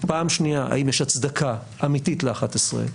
האם יש הצדקה אמתית ל-11,